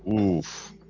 Oof